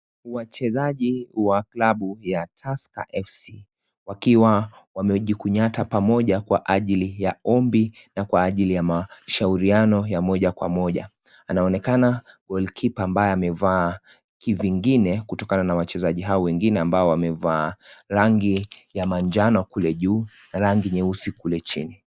Wachezaji wa klabu ya Tasker FC. Wakiwa wamewejikunyata pamoja kwa ajili ya ombi na kwa ajili ya ma shauriano ya moja kwa moja. Anaonekana goalkeeper ambaya amevaa kivingine kutokana na wachezaji hao wengine, ambao wamevaa rangi ya manjano kule juu na rangi nyeusi kule chini.